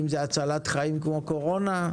אם זאת הצלת חיים כמו קורונה,